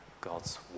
God's